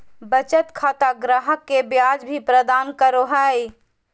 बचत खाता ग्राहक के ब्याज भी प्रदान करो हइ